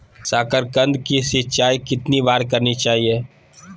साकारकंद की सिंचाई कितनी बार करनी चाहिए?